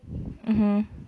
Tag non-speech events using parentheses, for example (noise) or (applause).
(breath) mmhmm